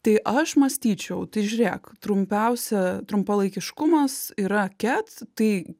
tai aš mąstyčiau tai žiūrėk trumpiausia trumpalaikiškumas yra ket tai